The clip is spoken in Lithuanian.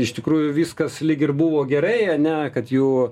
iš tikrųjų viskas lyg ir buvo gerai ar ne kad jų